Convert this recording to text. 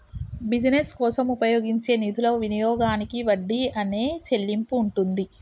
business కోసం ఉపయోగించే నిధుల వినియోగానికి వడ్డీ అనే చెల్లింపు ఉంటుంది